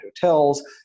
hotels